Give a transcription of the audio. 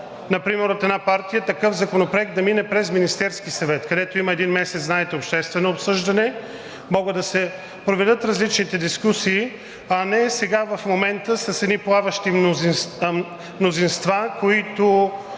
например от една партия, такъв законопроект да мине през Министерския съвет, където има един месец, знаете, обществено обсъждане, могат да се проведат различните дискусии, а не сега с едни плаващи мнозинства, които